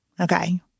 Okay